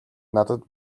надад